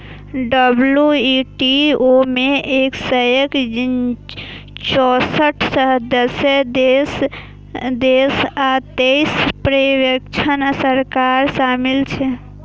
WTO मे एक सय चौंसठ सदस्य देश आ तेइस पर्यवेक्षक सरकार शामिल छै